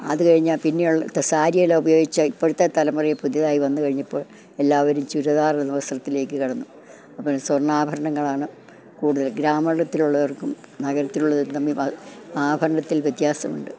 അതു കഴിഞ്ഞാൽ പിന്നെയുള്ളത്തെ സാരിയെല്ലാം ഉപയോഗിച്ചാൽ ഇപ്പോഴത്തെ തലമുറയിൽ പുതിയതായി വന്നു കഴിഞ്ഞപ്പോൾ എല്ലാവരും ചുരിദാറെന്ന വസ്ത്രത്തിലേക്ക് കടന്നു അപ്പം സ്വർണ്ണാഭരണങ്ങളാണ് കൂടുതൽ ഗ്രാമത്തിലുള്ളവർക്കും നഗരത്തിലുള്ളവരും തമ്മിൽ ആഭരണത്തിൽ വ്യത്യാസമുണ്ട്